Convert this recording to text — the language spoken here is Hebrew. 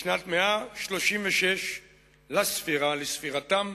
בשנת 136 לספירה, לספירתם,